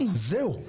זהו.